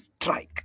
strike